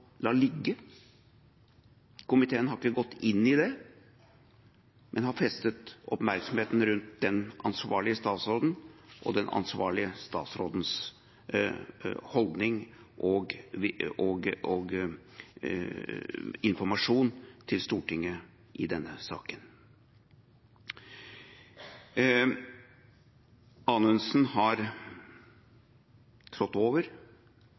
la ligge. Komiteen har ikke gått inn i det, men har festet oppmerksomheten ved den ansvarlige statsråden og den ansvarlige statsrådens holdning og informasjon til Stortinget i denne saken. Statsråd Anundsen har